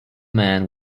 man